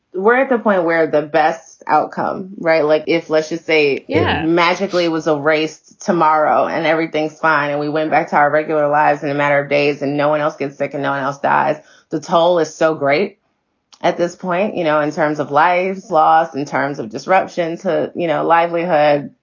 we're at the point where the best outcome. right. like if let's say, yeah magically was a race tomorrow and everything's fine and we went back to our regular lives in a matter of days and no one else gets sick and no one else dies the toll is so great at this point, you know, in terms of lives lost, in terms of disruption to, you know, livelihood,